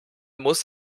muss